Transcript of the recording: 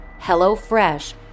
HelloFresh